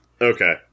Okay